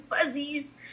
fuzzies